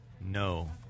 No